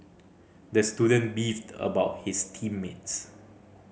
the student beefed about his team mates